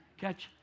Catch